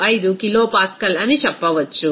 325 kilopascal అని చెప్పవచ్చు